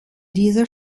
dieser